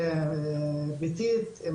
פסולת ביתית,